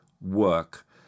work